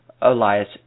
elias